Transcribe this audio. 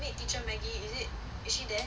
paid teacher maggie is it is she there